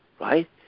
right